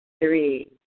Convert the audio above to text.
three